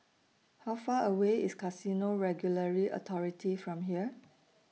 How Far away IS Casino Regulatory Authority from here